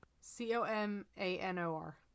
C-O-M-A-N-O-R